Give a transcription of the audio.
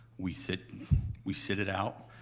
we sit we sit it out.